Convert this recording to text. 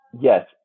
Yes